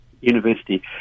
university